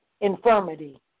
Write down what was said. infirmity